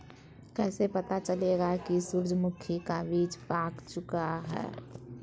कैसे पता चलेगा की सूरजमुखी का बिज पाक चूका है?